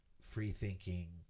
free-thinking